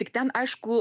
tik ten aišku